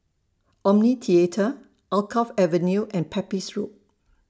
Omni Theatre Alkaff Avenue and Pepys Road